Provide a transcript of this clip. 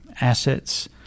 assets